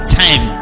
time